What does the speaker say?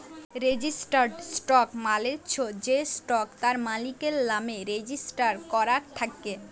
registered stock মালে চ্ছ যে স্টক তার মালিকের লামে রেজিস্টার করাক থাক্যে